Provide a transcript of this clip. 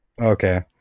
Okay